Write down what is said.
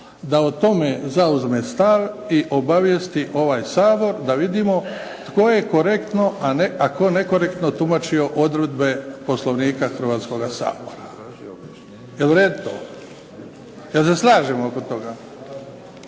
da o tome zauzme stav i obavijesti ovaj Sabor da vidimo tko je korektno a tko nekorektno tumačio odredbe Poslovnika Hrvatskoga sabora. Da li se slažemo oko toga?